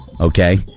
okay